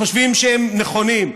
חושבים שהם נכונים,